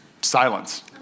silence